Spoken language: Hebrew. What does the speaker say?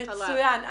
מצוין.